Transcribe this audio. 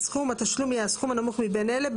סכום התשלום יהיה הנמוך מבין אלה,